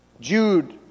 Jude